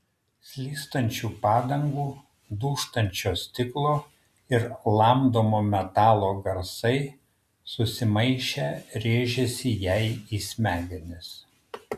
slystančių padangų dūžtančio stiklo ir lamdomo metalo garsai susimaišę rėžėsi jai į smegenis